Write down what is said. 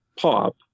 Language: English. pop